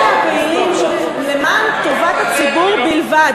אלה הפעילים שלמען טובת הציבור בלבד